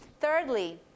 thirdly